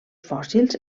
fòssils